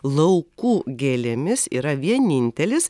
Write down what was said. laukų gėlėmis yra vienintelis